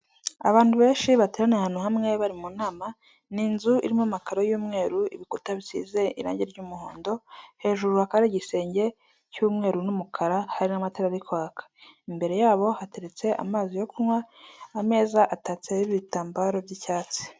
Abantu benshi bateraniye ahantu hamwe bari mu nama ni inzu irimo amakaro y'umweru ibikuta bisize irange ry'umuhondo, hejuru hakaba hari igisenge cy'umweru n'umukara hari n'amatara ari kwaka, imbere yabo hateretse amazi yo kunywa, ameza atatseho ibitambaro by'icyatsi.